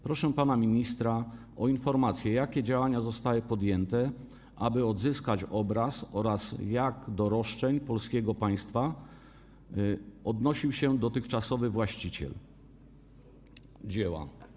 Proszę pana ministra o informację: Jakie działania zostały podjęte, aby odzyskać obraz, oraz jak do roszczeń polskiego państwa odnosił się dotychczasowy właściciel dzieła?